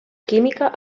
química